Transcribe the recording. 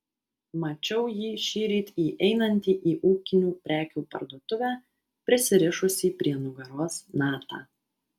mačiau jį šįryt įeinantį į ūkinių prekių parduotuvę prisirišusį prie nugaros natą